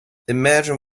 imagine